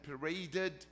paraded